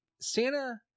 santa